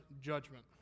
judgment